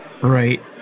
Right